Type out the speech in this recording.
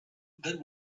that